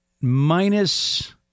minus